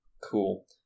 Cool